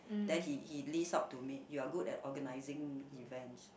then he he lists out to me you are good at organising event